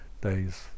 days